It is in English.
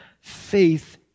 Faith